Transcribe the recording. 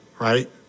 right